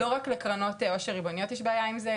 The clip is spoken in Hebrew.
לא רק לקרנות עושר ריבוניות יש בעיה עם זה,